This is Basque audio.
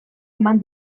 eman